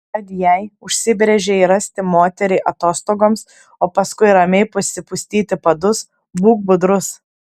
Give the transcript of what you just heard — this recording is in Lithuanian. tad jei užsibrėžei rasti moterį atostogoms o paskui ramiai pasipustyti padus būk budrus